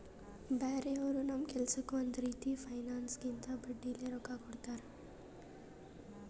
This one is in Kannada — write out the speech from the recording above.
ಬ್ಯಾರೆ ಅವರು ನಮ್ ಕೆಲ್ಸಕ್ಕ್ ಒಂದ್ ರೀತಿ ಫೈನಾನ್ಸ್ದಾಗಿಂದು ಬಡ್ಡಿಲೇ ರೊಕ್ಕಾ ಕೊಡ್ತಾರ್